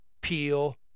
Peel